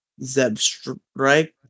Zebstrike